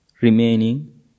remaining